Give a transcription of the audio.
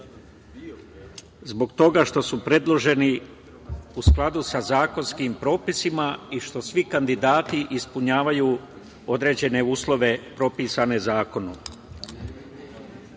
zbog toga što su predloženi u skladu sa zakonskim propisima i što svi kandidati ispunjavaju određene uslove propisane zakonom. Svi